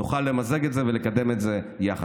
נוכל למזג את זה ולקדם את זה יחד.